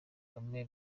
kagame